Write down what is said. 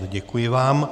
Děkuji vám.